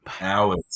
hours